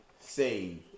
save